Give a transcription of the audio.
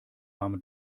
warme